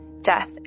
death